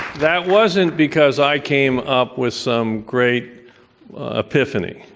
that wasn't because i came up with some great epiphany.